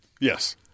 Yes